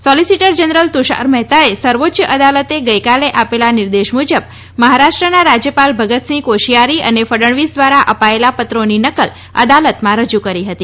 solicitor general Tushar મહેતાએ સર્વોચ્ય અદાલતે ગઇકાલે આપેલા નિર્દેશ મુજબ મહારાષ્ટ્રના રાજ્યપાલ ભગતસિંહ કોશીયારી અને ફડણવીસ દ્વારા અપાયેલા પત્રોની નકલ અદાલતમાં રજૂ કરી હતી